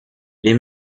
les